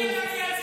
את מי אתה מייצג?